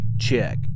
check